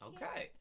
Okay